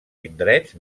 indrets